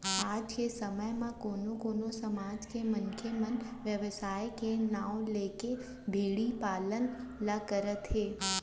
आज के समे म कोनो कोनो समाज के मनसे मन बेवसाय के नांव लेके भेड़ी पालन ल करत हें